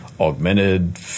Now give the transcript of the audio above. augmented